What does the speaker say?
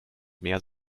mehr